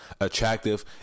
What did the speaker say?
attractive